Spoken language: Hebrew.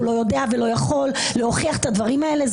הוא לא יודע ולא יכול להוכיח את הדברים האלה.